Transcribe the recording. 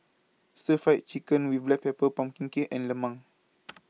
Stir Fry Chicken with Black Pepper Pumpkin Cake and Lemang